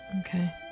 Okay